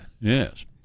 Yes